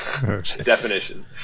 definition